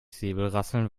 säbelrasseln